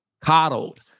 coddled